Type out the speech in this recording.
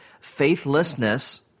Faithlessness